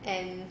and